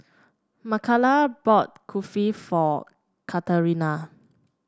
Mikala bought Kulfi for Katerina